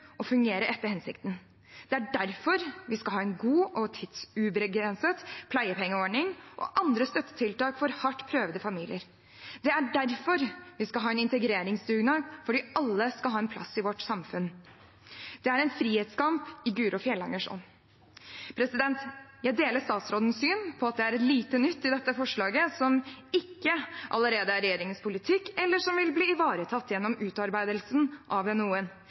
og fungere etter hensikten. Det er derfor vi skal ha en god og tidsubegrenset pleiepengeordning og andre støttetiltak for hardt prøvede familier. Det er derfor vi skal ha en integreringsdugnad, fordi alle skal ha en plass i vårt samfunn. Det er en frihetskamp i Guro Fjellangers ånd. Jeg deler statsrådens syn på at det er lite nytt i dette forslaget som ikke allerede er regjeringens politikk, eller som vil bli ivaretatt gjennom utarbeidelsen av